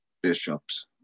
bishops